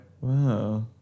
Wow